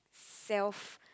self